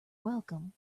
welcome